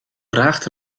draagt